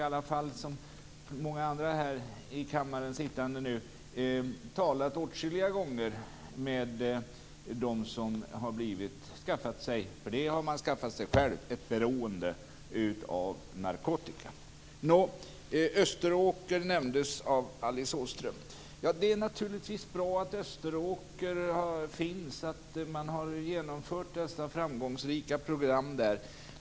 Som många andra som sitter i kammaren här har jag talat åtskilliga gånger med dem som har skaffat sig ett beroende av narkotika - och det har de skaffat sig själva. Alice Åström nämnde Österåker. Det är naturligtvis bra att Österåker finns och att man har genomfört dessa framgångsrika program där.